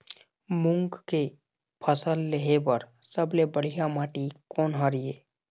मूंग के फसल लेहे बर सबले बढ़िया माटी कोन हर ये?